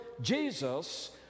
Jesus